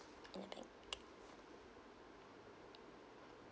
in the bank